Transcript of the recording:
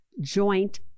joint